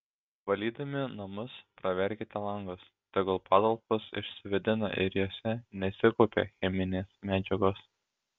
valydami namus praverkite langus tegul patalpos išsivėdina ir jose nesikaupia cheminės medžiagos